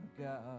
God